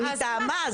אני מסכימה איתך.